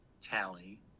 Tally